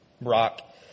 rock